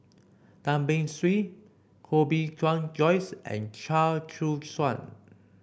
Tan Beng Swee Koh Bee Tuan Joyce and Chia Choo Suan